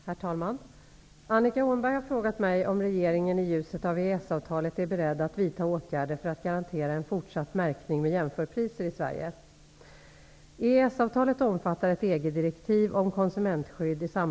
Herr talman! Annika Åhnberg har frågat mig om regeringen i ljuset av EES-avtalet är beredd att vidta åtgärder för att garantera en fortsatt märkning med jämförpriser i Sverige.